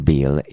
Bill